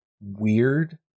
weird